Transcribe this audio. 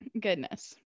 Goodness